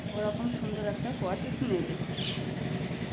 ওরকম সুন্দর একটা